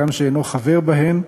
הגם שאינו חבר בהן,